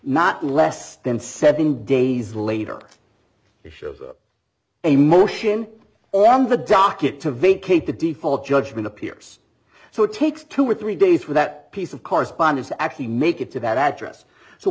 not less than seven days later he shows up a motion on the docket to vacate the default judgment appears so it takes two or three days for that piece of correspondence to actually make it to that address so